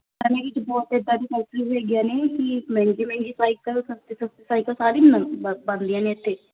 ਤਾਹੀਂ ਫੋਨ ਕੀਤਾ ਇੱਦਾਂ ਦੀਆਂ ਸਾਈਕਲ ਵੀ ਹੈਗੀਆਂ ਨੇ ਕਿ ਮਹਿੰਗੀ ਮਹਿੰਗੀ ਸਾਈਕਲ ਸਸਤੇ ਸਸਤੇ ਸਾਈਕਲ ਸਾਰੇ ਬ ਬਣਦੀਆਂ ਨੇ ਇੱਥੇ